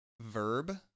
verb